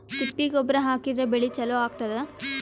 ತಿಪ್ಪಿ ಗೊಬ್ಬರ ಹಾಕಿದ್ರ ಬೆಳಿ ಚಲೋ ಆಗತದ?